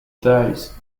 dies